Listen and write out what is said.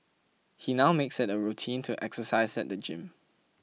he now makes it a routine to exercise at the gym